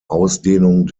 ausdehnung